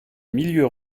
milieu